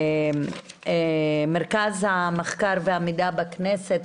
למרכז המחקר והמידע בכנסת,